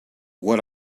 what